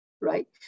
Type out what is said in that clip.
right